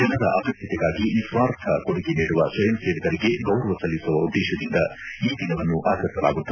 ಜನರ ಅಗತ್ಯತೆಗಾಗಿ ನಿಸ್ವಾರ್ಥ ಕೊಡುಗೆ ನೀಡುವ ಸ್ವಯಂ ಸೇವಕರಿಗೆ ಗೌರವ ಸಲ್ಲಿಸುವ ಉದ್ದೇಶದಿಂದ ಈ ದಿನವನ್ನು ಆಚರಿಸಲಾಗುತ್ತದೆ